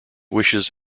wishes